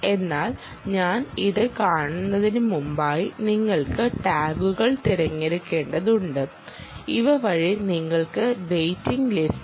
എന്നാൽ ഞാൻ ഇത് കാണുന്നതിന് മുമ്പായി നിങ്ങൾക്ക് ടാഗുകൾ തിരഞ്ഞെടുക്കേണ്ടതുണ്ട് ഇവ വഴി നിങ്ങൾക്ക് വേയ്റ്റിങ്ങ്ലിസ്റ്ററും